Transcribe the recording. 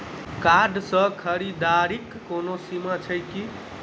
Card सँ खरीददारीक कोनो सीमा छैक की?